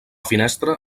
finestra